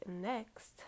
next